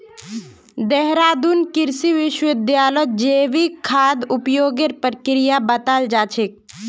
देहरादून कृषि विश्वविद्यालयत जैविक खाद उपयोगेर प्रक्रिया बताल जा छेक